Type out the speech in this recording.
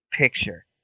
picture